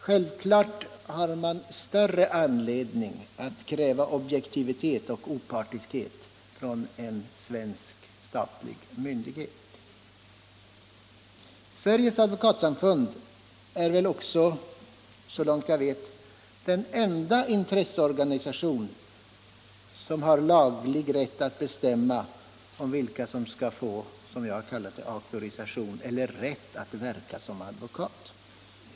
Självklart har man större anledning att kräva objektivitet och opartiskhet från en svensk statlig myndighet. Sveriges Advokatsamfund är så långt jag vet den enda intresseorganisation som har laglig rätt att bestämma vilka som skall få som jag har kallat det ”auktorisation” eller rätt att verka som advokat.